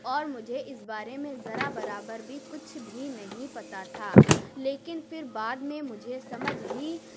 اور مجھے اس بارے میں ذرا برابر بھی کچھ بھی نہیں پتہ تھا لیکن پھر بعد میں مجھے سمجھ ہی